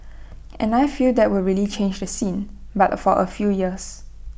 and I feel that will really change the scene but for A few years